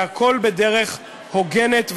והכול בדרך הוגנת ושוויונית.